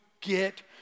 get